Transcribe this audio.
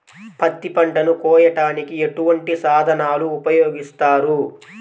పత్తి పంటను కోయటానికి ఎటువంటి సాధనలు ఉపయోగిస్తారు?